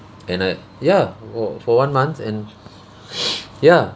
and I ya oh for one month and ya